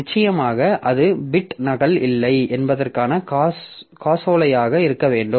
நிச்சயமாக அது பிட் நகல் இல்லை என்பதற்கான காசோலையாக இருக்க வேண்டும்